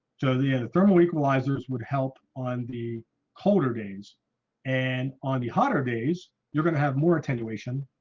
so the yeah the thermal equalizers would help on the colder days and on the hotter days, you're gonna have more attenuation,